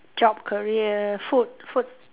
job career food food